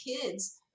kids